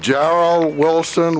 general wilson